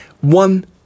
One